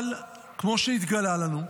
אבל כמו שהתגלה לנו,